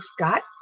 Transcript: Scott